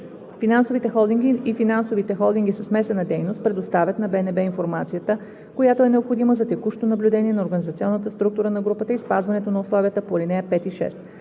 Финансовите холдинги и финансовите холдинги със смесена дейност предоставят на БНБ информацията, която е необходима за текущо наблюдение на организационната структура на групата и спазването на условията по ал. 5 и 6.